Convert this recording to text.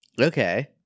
Okay